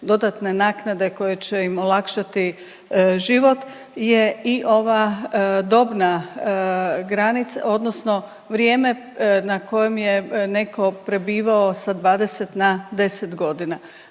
dodatne naknade koje će im olakšati život je i ova dobna granica odnosno vrijeme na kojem je neko prebivao sa 20 na 10.g..